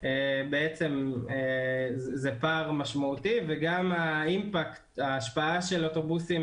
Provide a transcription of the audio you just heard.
זה פער משמעותי, וגם ההשפעה של אוטובוסים